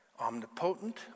omnipotent